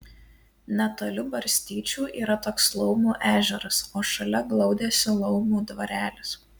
netoli barstyčių yra toks laumių ežeras o šalia glaudėsi laumių dvarelis